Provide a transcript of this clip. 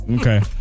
Okay